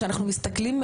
כשאנחנו מסתכלים,